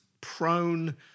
prone